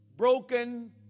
Broken